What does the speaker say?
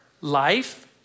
life